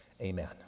Amen